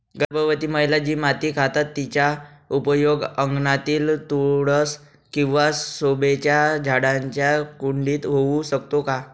गर्भवती महिला जी माती खातात तिचा उपयोग अंगणातील तुळस किंवा शोभेच्या झाडांच्या कुंडीत होऊ शकतो का?